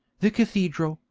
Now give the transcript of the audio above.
the cathedral,